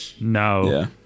No